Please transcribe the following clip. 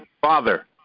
Father